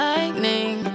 Lightning